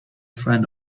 friend